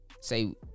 Say